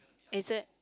is it